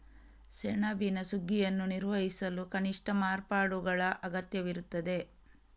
ಸೆಣಬಿನ ಸುಗ್ಗಿಯನ್ನು ನಿರ್ವಹಿಸಲು ಕನಿಷ್ಠ ಮಾರ್ಪಾಡುಗಳ ಅಗತ್ಯವಿರುತ್ತದೆ